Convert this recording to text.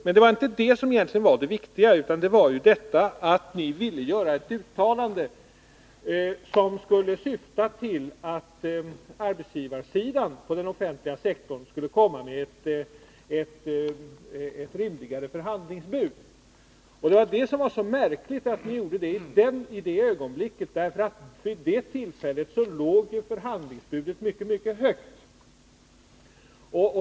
Men det var egentligen inte det som var det viktiga, utan det var att ni ville göra ett uttalande som skulle syfta till att arbetsgivarsidan på den offentliga sektorn skulle komma med ett rimligare förhandlingsbud. Det märkliga var att ni gjorde det i detta ögonblick. Vid detta tillfälle låg ju förhandlingsbudet mycket högt.